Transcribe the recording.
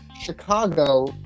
Chicago